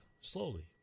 slowly